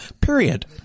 Period